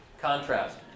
contrast